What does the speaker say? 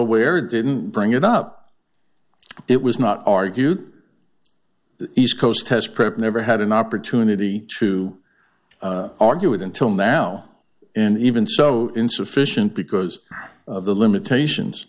aware didn't bring it up it was not argued that east coast has prep never had an opportunity to argue it until now and even so insufficient because of the limitations